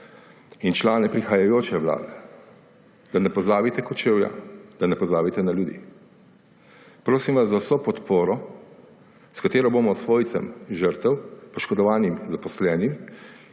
in člane prihajajoče vlade, da ne pozabite Kočevja, da ne pozabite ljudi. Prosim vas za vso podporo, s katero bomo svojcem žrtev, poškodovanim zaposlenim